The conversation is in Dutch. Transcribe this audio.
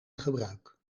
gebruik